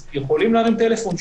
אני,